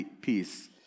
peace